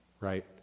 right